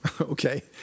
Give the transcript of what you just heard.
Okay